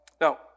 Now